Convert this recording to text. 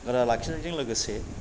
गोरा लाखिनायजों लोगोसे